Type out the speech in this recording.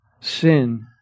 sin